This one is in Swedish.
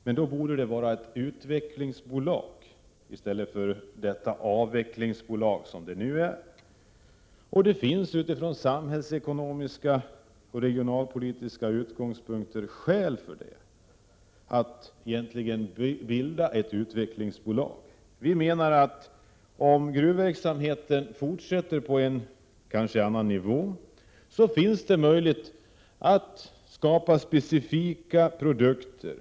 Men då borde det vara ett utvecklingsbolag i stället för det avvecklingsbolag som det nu är fråga om. Från samhällsekonomiska och regionalpolitiska utgångspunkter finns det skäl för att åstadkomma ett utvecklingsbolag. Om gruvverksamheten fortsätter — även om det är på en annan nivå — är det enligt vår mening möjligt att skapa specifika produkter.